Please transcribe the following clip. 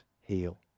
heal